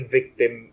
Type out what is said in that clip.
victim